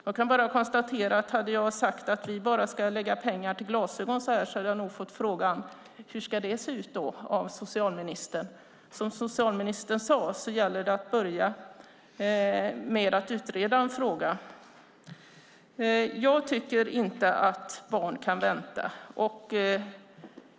Jag kan bara konstatera att hade jag sagt att vi ska lägga pengar till glasögon bara så där hade nog socialministern frågat hur skulle se ut. Som socialministern sade gäller det att börja med att utreda en fråga. Jag tycker inte att barn kan vänta.